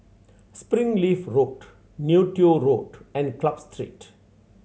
Springleaf Road Neo Tiew Road and Club Street